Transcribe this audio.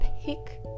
pick